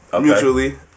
mutually